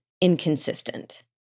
inconsistent